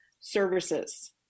services